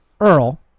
Earl